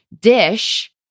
dish